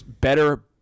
better